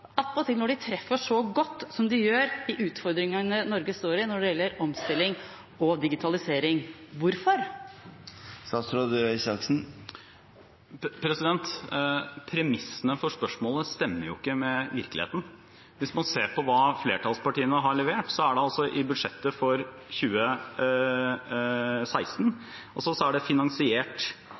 når de treffer så godt som de gjør, overfor de utfordringene Norge står i når det gjelder omstilling og digitalisering. Hvorfor? Premissene for spørsmålet stemmer ikke med virkeligheten. Hvis man ser på hva flertallspartiene har levert i budsjettet for 2016, er det